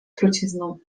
trucizną